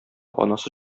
анасы